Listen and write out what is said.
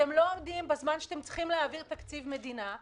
אתם לא עומדים בזמן שאתם צריכים להעביר תקציב מדינה.